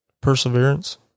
perseverance